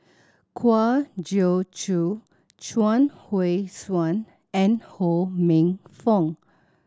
Kwa Geok Choo Chuang Hui Tsuan and Ho Minfong